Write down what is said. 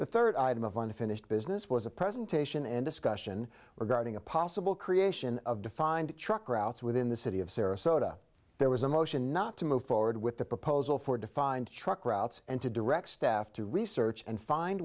the third item of unfinished business was a presentation and discussion regarding a possible creation of defined truck routes within the city of sarasota there was a motion not to move forward with the proposal for defined truck routes and to direct staff to research and find